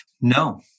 No